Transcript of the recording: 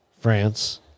france